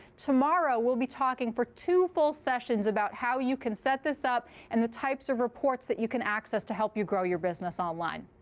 tomorrow we'll be talking for two full sessions about how you can set this up and the types of reports that you can access to help you grow your business online.